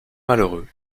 malheureux